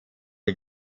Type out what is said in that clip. die